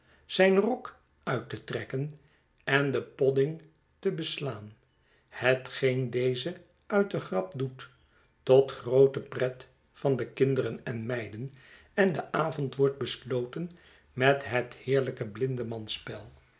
zijn rok uit te trekken en den podding te beslaan hetgeen deze uit de grap doet tot groote pret van de kinderen en meiden en de avond wordt besloten met het heerlijke blindemansspel